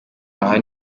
aha